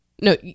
no